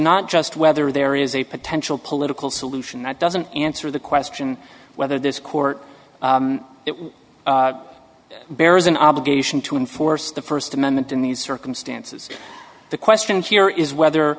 not just whether there is a potential political solution that doesn't answer the question whether this court it will bear is an obligation to enforce the first amendment in these circumstances the question here is whether